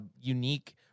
unique